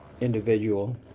individual